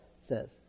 says